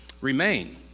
Remain